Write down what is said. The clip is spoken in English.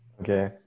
okay